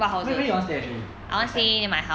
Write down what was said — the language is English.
where where you all stay actually next time